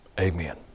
Amen